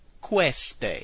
queste